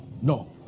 No